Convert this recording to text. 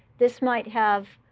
this might have,